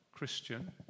Christian